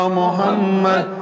Muhammad